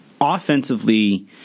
offensively